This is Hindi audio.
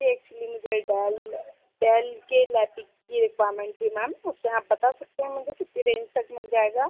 जी एक्चुली मुझे डेल डेल के लैपी की रिक्वायरमेंट थी मैम उसमें आप बता सकते हैं मुझे कितनी रेंज तक मिल जाएगा